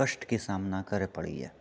कष्टके सामना करऽ पड़ैए